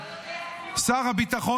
הוא לא יודע אפילו --- שר הביטחון